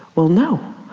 well no.